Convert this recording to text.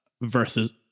versus